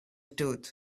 tooth